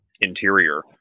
interior